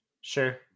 sure